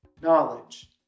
knowledge